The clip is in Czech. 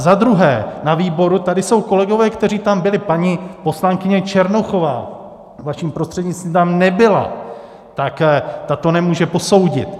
A za druhé, na výboru, tady jsou kolegové, kteří tam byli paní kolegyně Černochová vaším prostřednictvím tam nebyla, tak ta to nemůže posoudit.